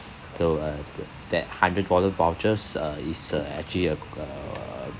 so uh that hundred dollar voucher's uh is uh actually a uh